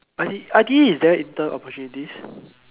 I_T~ I_T_E is there any intern opportunities